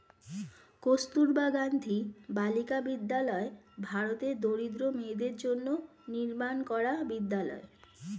কস্তুরবা গান্ধী বালিকা বিদ্যালয় ভারতের দরিদ্র মেয়েদের জন্য নির্মাণ করা বিদ্যালয়